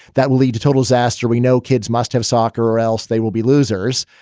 that will lead to total's astory. no kids must have soccer or else they will be losers.